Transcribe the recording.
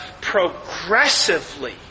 progressively